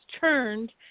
turned